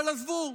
אבל עזבו,